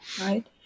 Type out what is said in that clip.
Right